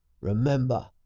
Remember